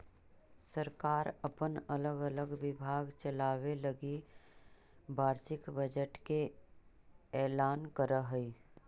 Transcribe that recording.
सरकार अपन अलग अलग विभाग चलावे लगी वार्षिक बजट के ऐलान करऽ हई